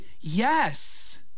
Yes